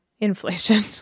Inflation